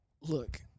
Look